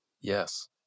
Yes